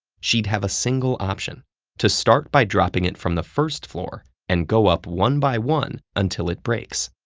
she'd have a single option to start by dropping it from the first floor and go up one by one until it breaks.